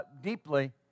deeply